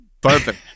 Perfect